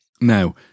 Now